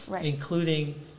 including